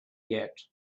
yet